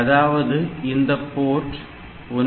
அதாவது இந்த போர்ட் 1